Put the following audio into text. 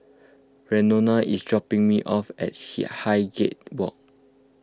Reno is dropping me off at Highgate Walk